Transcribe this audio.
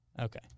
Okay